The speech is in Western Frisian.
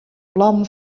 plannen